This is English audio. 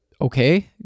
okay